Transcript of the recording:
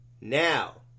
Now